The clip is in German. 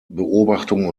beobachtung